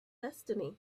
destiny